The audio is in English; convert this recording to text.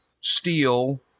steel